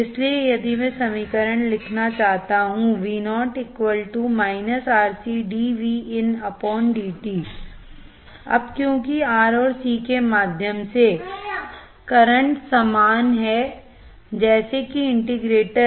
इसलिए यदि मैं समीकरण लिखना चाहता हूं अब क्योंकि R और C के माध्यम से करंट समान है जैसे कि इंटीग्रेटर